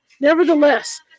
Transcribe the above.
nevertheless